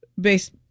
based